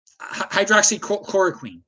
hydroxychloroquine